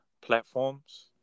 platforms